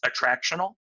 attractional